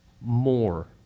more